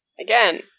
Again